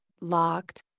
Locked